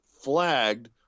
flagged